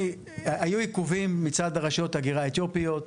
היו עיכובים מצד רשויות ההגירה האתיופיות,